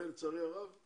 לצערי רב זה תמיד קורה